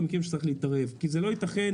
כי לא ייתכן